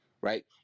right